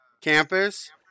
campus